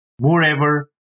Moreover